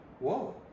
whoa